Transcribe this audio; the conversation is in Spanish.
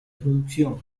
producción